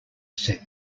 set